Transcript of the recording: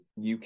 UK